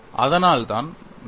அதனால் தான் நன்மை